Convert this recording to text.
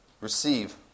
receive